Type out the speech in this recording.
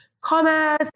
commerce